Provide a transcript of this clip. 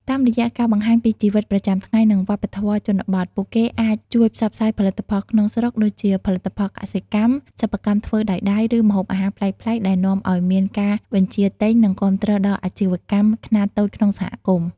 តាមរយៈការបង្ហាញពីជីវិតប្រចាំថ្ងៃ និងវប្បធម៌ជនបទ ពួកគេអាចជួយផ្សព្វផ្សាយផលិតផលក្នុងស្រុក ដូចជាផលិតផលកសិកម្ម សិប្បកម្មធ្វើដោយដៃ ឬម្ហូបអាហារប្លែកៗ ដែលនាំឲ្យមានការបញ្ជាទិញ និងគាំទ្រដល់អាជីវកម្មខ្នាតតូចក្នុងសហគមន៍។